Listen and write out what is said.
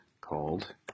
called